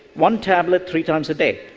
one tablet, three times a day.